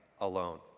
alone